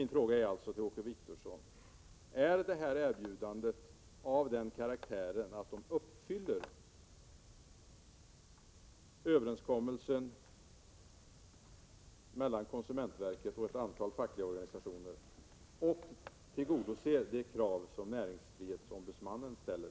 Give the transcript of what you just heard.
Min fråga till Åke Wictorsson är alltså: Är detta erbjudande av den karaktären att det uppfyller överenskommelsen mellan konsumentverket och ett antal fackliga organisationer och tillgodoses de krav som näringsfrihetsombudsmannen ställer?